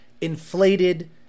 inflated